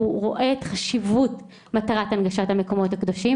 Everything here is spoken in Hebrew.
הוא רואה את חשיבות מטרת הנגשת המקומות הקדושים,